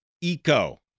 eco